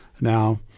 Now